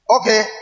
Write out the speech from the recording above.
Okay